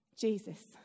Jesus